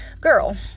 girl